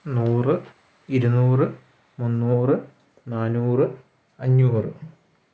നൂറ് ഇരുന്നൂറ് മുന്നൂറ് നാന്നൂറ് അഞ്ഞൂറ്